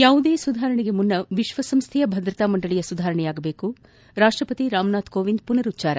ಯಾವುದೇ ಸುಧಾರಣೆಗೆ ಮುನ್ನ ವಿಶ್ವಸಂಸ್ಥೆಯ ಭದ್ರತಾ ಮಂಡಳಿಯ ಸುಧಾರಣೆಯಾಗಬೇಕು ರಾಷ್ಟ್ರಪತಿ ರಾಮನಾಥ್ ಕೋವಿಂದ್ ಪುನರುಚ್ಚಾರ